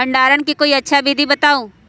भंडारण के कोई अच्छा विधि बताउ?